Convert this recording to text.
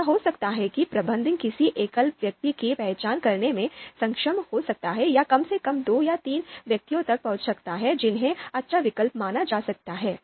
ऐसा हो सकता है कि प्रबंधक किसी एकल व्यक्ति की पहचान करने में सक्षम हो सकता है या कम से कम दो या तीन व्यक्तियों तक पहुंच सकता है जिन्हें अच्छा विकल्प माना जा सकता है